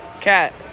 cat